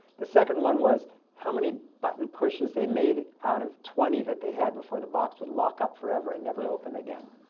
the second one was how many button pushers they made out of twenty that they had before the box would lock up forever and never open again.